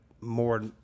more